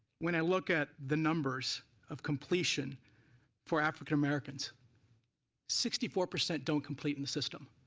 when i look at the numbers of completion for african-americans sixty four percent don't complete in the system.